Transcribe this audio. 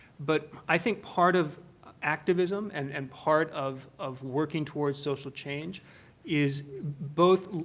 but i think part of activism and and part of of working towards social change is both,